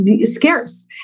scarce